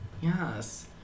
Yes